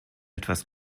etwas